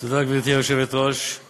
לפניכם, חברי, עוסקת בשלושה נושאים: